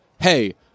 hey